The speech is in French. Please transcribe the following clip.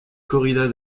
corridas